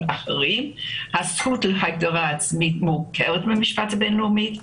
הזכות להגדרה העצמית מוכרת במשפט הבינלאומי,